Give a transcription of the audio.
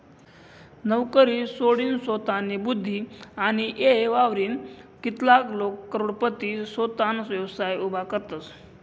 नवकरी सोडीनसोतानी बुध्दी आणि येय वापरीन कित्लाग करोडपती सोताना व्यवसाय उभा करतसं